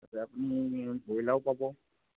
তাতে আপুনি ব্ৰইলাৰো পাব